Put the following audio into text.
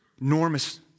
Enormous